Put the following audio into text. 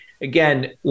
Again